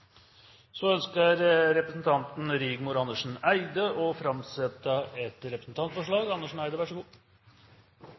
Representanten Rigmor Andersen Eide vil framsette